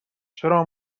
چرا